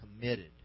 committed